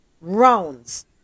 rounds